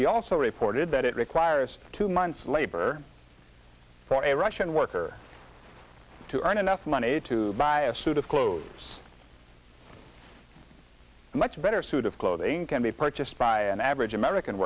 he also reported that it requires two months labor for a russian worker to earn enough money to buy a suit of clothes a much better suit of clothing can be purchased by an average american